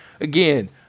Again